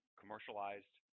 commercialized